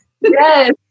Yes